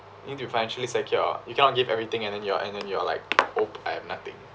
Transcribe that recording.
you need to financially secure you cannot give everything and then you are then you are like oh I am nothing